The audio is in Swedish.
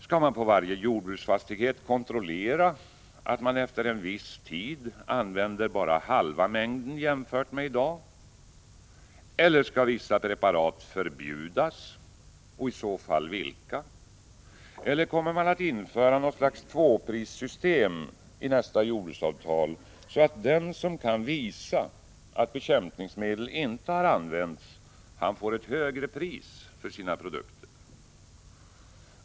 Skall man på varje jordbruksfastighet kontrollera att denna efter en viss tid använder bara halva mängden jämfört med i dag? Eller skall vissa preparat förbjudas, och i så fall vilka? Eller kommer man att införa något slags tvåprissystem i nästa jordbruksavtal, så att den som kan visa att bekämpningsmedel inte har använts får ett högre pris för sina produkter?